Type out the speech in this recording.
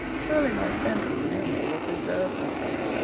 surely my sense of humor will preserve me from it,